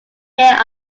year